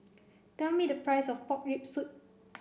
tell me the price of pork rib soup